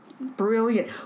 Brilliant